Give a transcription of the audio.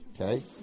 Okay